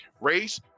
race